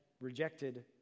rejected